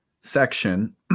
section